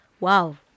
Wow